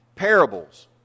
parables